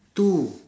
to